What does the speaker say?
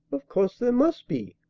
of course there must be,